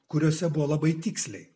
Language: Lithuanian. kuriuose buvo labai tiksliai